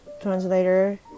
translator